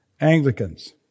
Anglicans